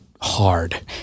Hard